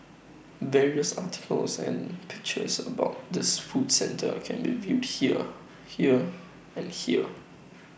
various articles and pictures about this food centre can be viewed here here and here